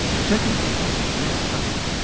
a second leaflet is less subtle.